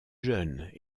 jeunes